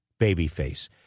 Babyface